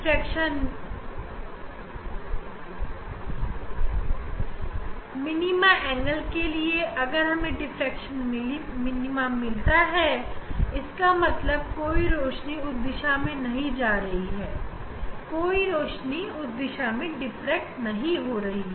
diffraction minima's angle के लिए अगर हमें डिफ्रेक्शन मिनिमम मिलता है इसका मतलब कोई रोशनी उस दिशा में नहीं जा रही है कोई रोशनी उस दिशा में diffract नहीं हो रहा